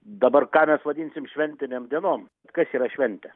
dabar ką mes vadinsim šventinėm dienom kas yra šventė